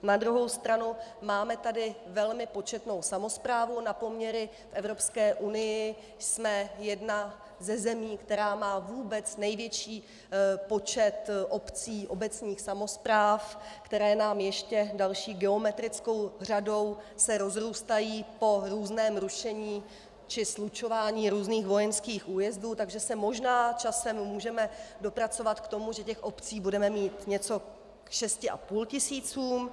Na druhou stranu máme tady velmi početnou samosprávu na poměry v Evropské unii, jsme jedna ze zemí, která má vůbec největší počet obcí, obecních samospráv, které se nám ještě další geometrickou řadou rozrůstají po různém rušení či slučování různých vojenských újezdů, takže se možná časem můžeme dopracovat k tomu, že těch obcí budeme mít něco k šesti a půl tisícům.